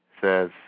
says